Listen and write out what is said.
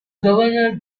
governor